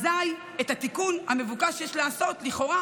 אזי את התיקון המבוקש יש לעשות לכאורה